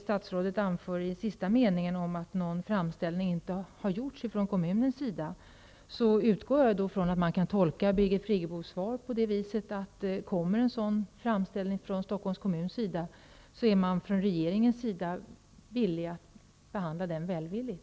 Statsrådet anför i slutet av svaret att någon framställning inte har gjorts från kommunens sida. Jag utgår från att man kan tolka Birgit Friggebos svar så att om det kommer en framställning från Stockholms kommun avser regeringen att behandla den välvilligt.